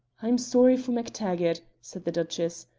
i am sorry for mactaggart, said the duchess,